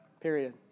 Period